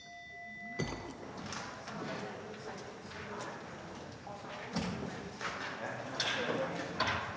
Tak